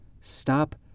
stop